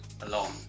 alone